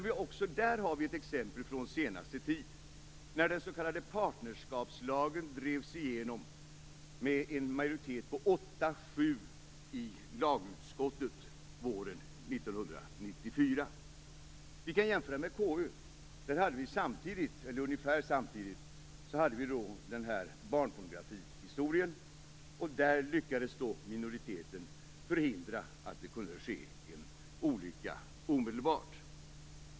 Vi har ett exempel från den senaste tiden: När den s.k. partnerskapslagen drevs igenom med en majoritet av 8 mot 7 i lagutskottet våren 1994. Vi kan jämföra med KU, som ungefär samtidigt hade den här barnpornografihistorien, och där minoriteten lyckades förhindra att en olycka skedde omedelbart.